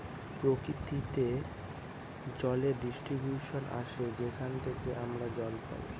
প্রকৃতিতে জলের ডিস্ট্রিবিউশন আসে যেখান থেকে আমরা জল পাই